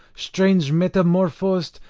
strange metamorphosed,